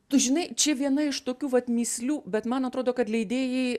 tu žinai čia viena iš tokių vat mįslių bet man atrodo kad leidėjai